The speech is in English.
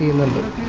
little bit of